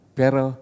pero